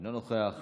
אינו נוכח.